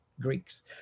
Greeks